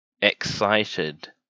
excited